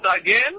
again